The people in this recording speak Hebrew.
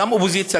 גם אופוזיציה,